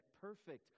perfect